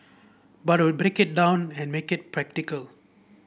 but I would break it down and make it practical